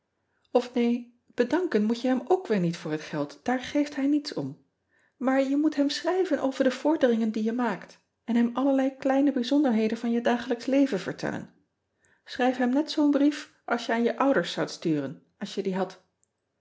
f nee bedanken moet je hem ook weer niet voor het geld daar geeft hij niets om aar je moet hem schrijven over de vorderingen die je maakt en hem allerlei kleine bijzonderheden van je dagelijksch leven vertellen chrijf hem net zoo n brief als je aan je ouders zoudt sturen als je die hadt